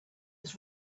was